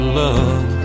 love